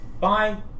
Bye